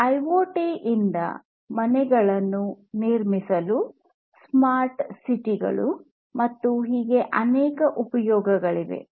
IoT ಯಿಂದ ಮನೆಗಳನ್ನು ನಿರ್ಮಿಸಲು ಸ್ಮಾರ್ಟ್ ಸಿಟಿಗಳು ಮತ್ತೆ ಹೀಗೆ ಅನೇಕ ಉಪಯೋಗಗಳಿವೆ